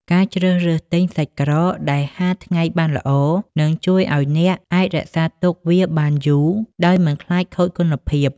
ការជ្រើសរើសទិញសាច់ក្រកដែលហាលថ្ងៃបានល្អ នឹងជួយឱ្យអ្នកអាចរក្សាទុកវាបានយូរដោយមិនខ្លាចខូចគុណភាព។